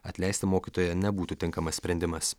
atleisti mokytoją nebūtų tinkamas sprendimas